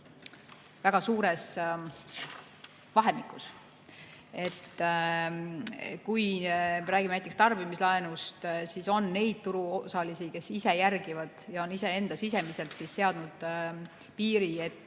väga suures vahemikus. Kui me räägime näiteks tarbimislaenust, siis on neid turuosalisi, kes ise jälgivad ja on iseendale seadnud piiri, et